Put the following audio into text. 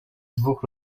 dwóch